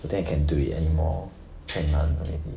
don't think I can do it anymore 太难 already